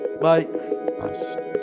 bye